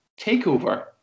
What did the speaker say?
takeover